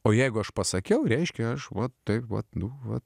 o jeigu aš pasakiau reiškia aš va taip vat nu vat